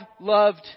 loved